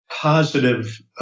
positive